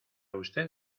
usted